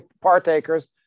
partakers